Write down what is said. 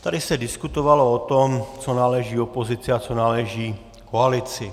Tady se diskutovalo o tom, co náleží opozici a co náleží koalici.